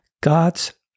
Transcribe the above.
God's